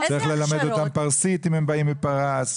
צריך ללמד אותם פרסית אם באים מפרס,